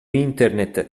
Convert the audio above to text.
internet